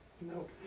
No